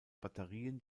batterien